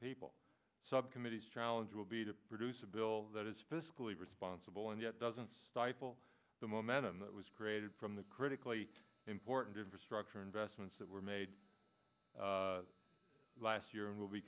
people subcommittees challenge will be to produce a bill that is fiscally responsible and yet doesn't stifle the momentum that was created from the critically important infrastructure investments that were made last year and will be